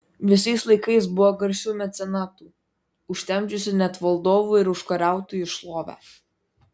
visais laikais buvo garsių mecenatų užtemdžiusių net valdovų ir užkariautojų šlovę